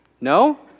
No